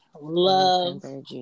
love